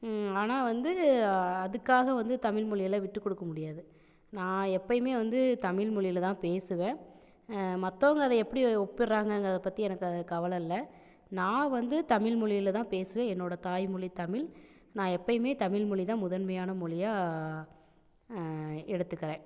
ஆனால் வந்து அதுக்காக வந்து தமிழ்மொழியலாம் விட்டுக்கொடுக்க முடியாது நான் எப்பையுமே வந்து தமிழ்மொழியில் தான் பேசுவேன் மற்றவங்க அதை எப்படி ஒப்பிடுறாங்கங்கிறத பற்றி எனக்கு அது கவலை இல்லை நான் வந்து தமிழ்மொழியில் தான் பேசுவேன் என்னோட தாய்மொழி தமிழ் நான் எப்பையுமே தமிழ்மொழி தான் முதன்மையான மொழியாக எடுத்துக்கறேன்